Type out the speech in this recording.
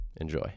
enjoy